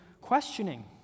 questioning